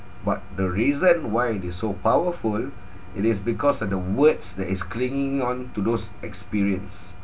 but the reason why they're so powerful it is because of the words that is clinging on to those experience